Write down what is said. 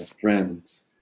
friends